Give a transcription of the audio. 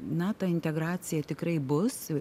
na ta integracija tikrai bus